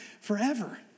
forever